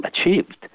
achieved